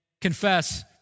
confess